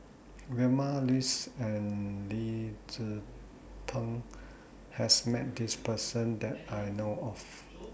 Vilma Laus and Lee Tzu Pheng has Met This Person that I know of